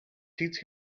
teach